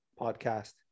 Podcast